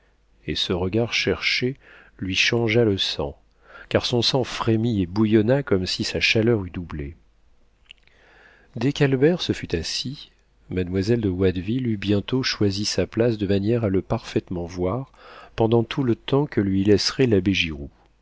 et ce regard cherché lui changea le sang car son sang frémit et bouillonna comme si sa chaleur eût doublé dès qu'albert se fut assis mademoiselle de watteville eut bientôt choisi sa place de manière à le parfaitement voir pendant tout le temps que lui laisserait l'abbé